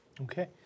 okay